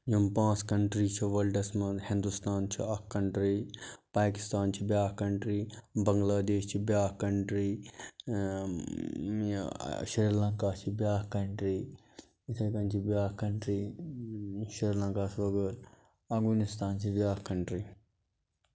یِم پانٛژھ کَنٹری چھِ وٲلڈَس منٛز ہِندوستان چھِ اکھ کَنٹری پاکِستان چھِ بیاکھ کَنٹری بَنگلادیش چھِ بیاکھ کَنٹری شری لَنکا چھِ بیاکھ کَنٹری اِتھٕے کٔنۍ چھِ بیاکھ کَنٹری شری لَنکاَہس وغٲر اَفغٲنِستان چھِ بیاکھ کَنٹری